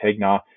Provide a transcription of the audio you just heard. Tegna